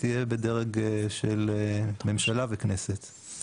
ההתחשבנות תהיה בדרג של ממשלה וכנסת.